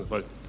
Zahvaljujem.